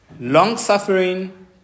Long-suffering